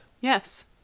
Yes